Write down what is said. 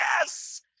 Yes